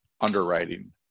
underwriting